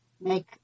make